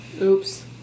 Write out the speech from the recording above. Oops